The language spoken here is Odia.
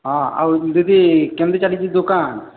ହଁ ଆଉ ଦିଦି କେମିତି ଚାଲିଛି ଦୋକାନ